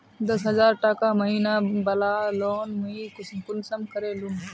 दस हजार टका महीना बला लोन मुई कुंसम करे लूम?